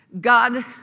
God